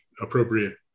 appropriate